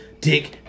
dick